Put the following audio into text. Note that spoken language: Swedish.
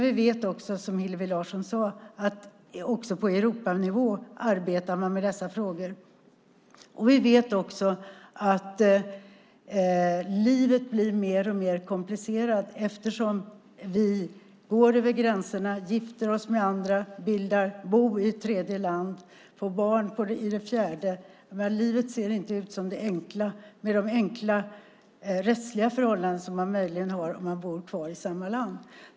Vi vet dock, som Hillevi Larsson sade, att man också på Europanivå arbetar med dessa frågor. Vi vet även att livet blir mer och mer komplicerat eftersom vi går över gränserna, gifter oss med andra, bildar bo i ett tredje land och får barn i ett fjärde. Livets rättsliga förhållanden ser inte så enkla ut som de möjligen gör om man bor kvar i samma land.